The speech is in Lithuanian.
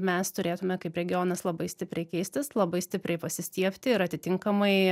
mes turėtume kaip regionas labai stipriai keistis labai stipriai pasistiebti ir atitinkamai